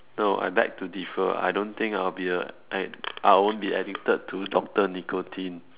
no I beg to differ I don't think I'll be a I I won't be addicted to doctor nicotine